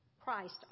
Christ